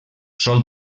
sol